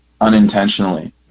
unintentionally